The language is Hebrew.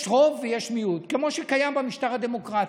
יש רוב ויש מיעוט, כמו שקיים במשטר הדמוקרטי.